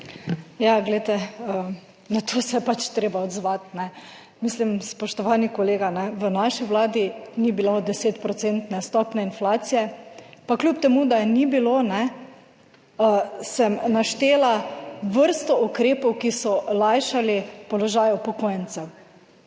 Ja, glejte, na to se je pač treba odzvati, ne. Mislim, spoštovani kolega, v naši Vladi ni bilo 10 procentne stopnje inflacije, pa kljub temu, da je ni bilo, ne, sem naštela vrsto ukrepov, ki so lajšali položaj upokojencev,